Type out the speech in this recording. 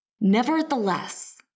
Nevertheless